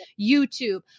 YouTube